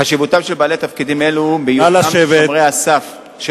חשיבותם של בעלי תפקידים אלו הוא בהיותם שומרי הסף של